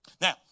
now